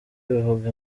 bivuga